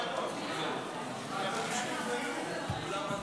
תודה, אדוני